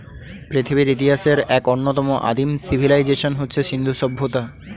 পৃথিবীর ইতিহাসের এক অন্যতম আদিম সিভিলাইজেশন হচ্ছে সিন্ধু সভ্যতা